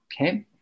Okay